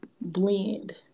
blend